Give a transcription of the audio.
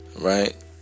right